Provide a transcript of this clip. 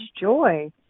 joy